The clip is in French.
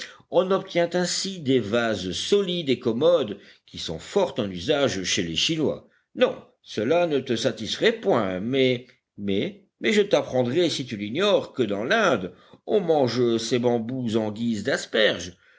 on obtient ainsi des vases solides et commodes qui sont fort en usage chez les chinois non cela ne te satisferait point mais mais mais je t'apprendrai si tu l'ignores que dans l'inde on mange ces bambous en guise d'asperges